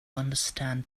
understand